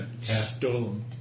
stone